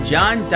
John